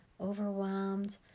overwhelmed